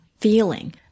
feeling